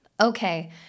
Okay